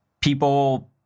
people